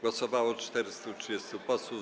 Głosowało 430 posłów.